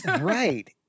right